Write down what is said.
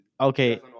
Okay